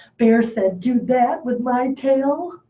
bear said, do that with my tail?